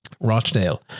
Rochdale